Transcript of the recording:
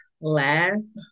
last